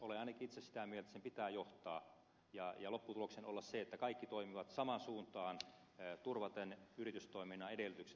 olen ainakin itse sitä mieltä että sen pitää johtaa ja lopputuloksen olla se että kaikki toimivat samaan suuntaan turvaten yritystoiminnan edellytykset vaikeassa suhdannetilanteessa